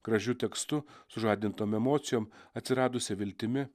gražiu tekstu sužadintom emocijom atsiradusia viltimi